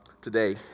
today